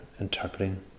interpreting